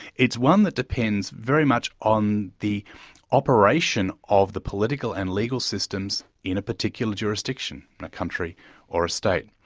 it's one that depends very much on the operation of the political and legal systems in a particular jurisdiction, in a country or a state.